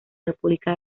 república